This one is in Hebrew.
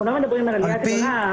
אנחנו לא מדברים על עלייה גדולה.